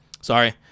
Sorry